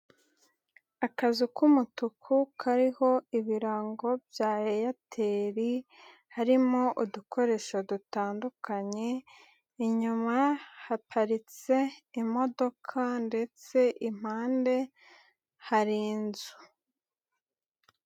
Akazu k'umutuku kariho ibirango bya Airtel. Harimo udukoresho dutandukanye. Inyuma haparitse imodoka ndetse impande hari inzu.